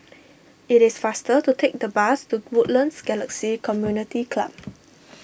it is faster to take the bus to Woodlands Galaxy Community Club